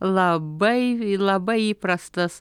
labai labai įprastas